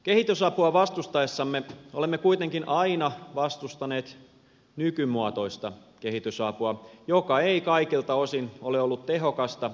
kehitysapua vastustaessamme olemme kuitenkin aina vastustaneet nykymuotoista kehitysapua joka ei kaikilta osin ole ollut tehokasta saati läpinäkyvää